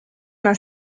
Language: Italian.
una